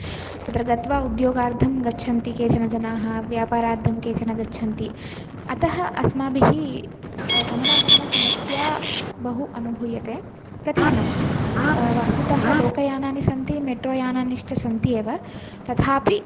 तत्र गत्वा उद्योगार्थं गच्छन्ति केचन जनाः व्यापारार्थं केचन जनाः गच्छन्ति अतः अस्माभिः गमनागमनसमस्या बहु अनुभूयते प्रतिदिनं वस्तुतः लोकयानानि सन्ति मेट्रो यानानिश्व सन्ति एव तथापि